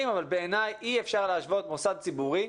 אבל בעיניי אי-אפשר להשוות מוסד ציבורי,